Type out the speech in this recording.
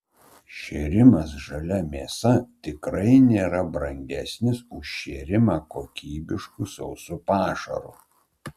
šėrimas žalia mėsa tikrai nėra brangesnis už šėrimą kokybišku sausu pašaru